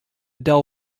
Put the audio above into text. del